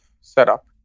setup